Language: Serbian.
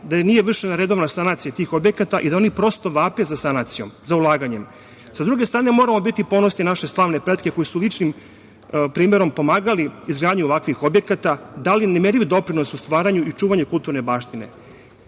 da nije vršena redovna sanacija tih objekata i da oni prosto vape za sanacijom, za ulaganjem. Sa druge strane, moramo biti ponosni na naše slavne pretke koji su ličnim primerom pomagali izgradnju ovakvih objekata, dali nemerljiv doprinos u stvaranju i čuvanju kulturne baštine. Kroz